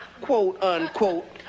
quote-unquote